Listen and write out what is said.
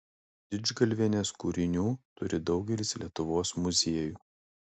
didžgalvienės kūrinių turi daugelis lietuvos muziejų